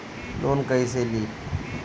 Loan कईसे ली?